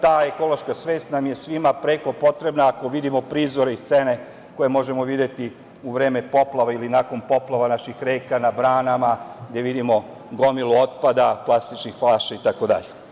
Ta ekološka svest nam je svima preko potrebna ako vidimo prizore i scene koje možemo videti u vreme poplava ili nakon poplava naših reka, na branama, gde vidimo gomilu otpada, plastičnih flaša, itd.